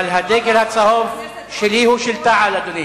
דגל צהוב, אבל הדגל הצהוב שלי הוא של תע"ל, אדוני.